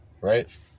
Right